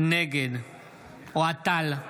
נגד אוהד טל,